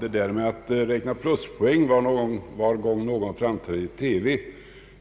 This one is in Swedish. Herr talman! Att räkna pluspoäng var gång någon framträder i TV